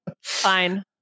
Fine